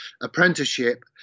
apprenticeship